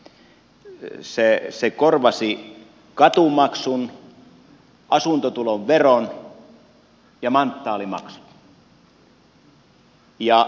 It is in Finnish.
se korvasi katumaksun asuntotulon veron ja manttaalimaksut